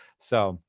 so,